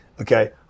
Okay